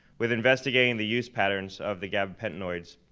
with investigating the use patterns of the gabapentinoids.